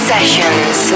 Sessions